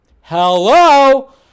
Hello